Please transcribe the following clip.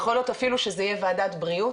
יכול להיות אפילו שזה יהיה ועדת בריאות.